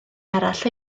arall